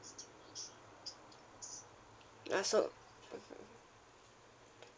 ah so